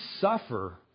suffer